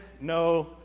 no